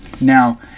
Now